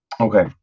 Okay